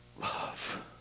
love